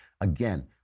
Again